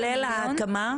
כולל ההקמה?